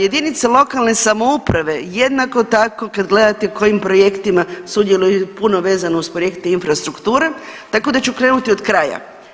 Jedinice lokalne samouprave jednako tako, kad gledate kojim projektima sudjeluju puno vezano uz projekte infrastrukture, tako da ću krenuti od kraja.